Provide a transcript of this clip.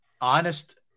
honest